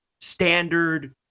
standard